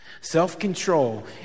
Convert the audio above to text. Self-control